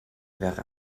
wäre